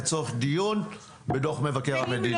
לצורך דיון בדוח מבקר המדינה.